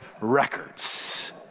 records